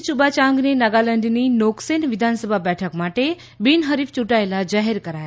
યુબાયાંગને નાગાલેન્ડની નોકસેન વિધાનસભા બેઠક માટે બિનહરીફ યૂંટાયેલા જાહેર કરાયા છે